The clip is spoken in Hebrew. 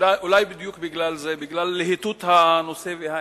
בגלל להיטות הנושא והעניין.